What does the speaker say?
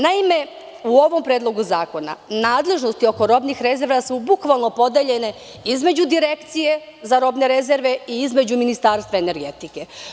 Naime, u ovom predlogu zakona, nadležnosti oko robnih rezervi su bukvalno podeljene između Direkcija za robne rezerve i između Ministarstva energetike.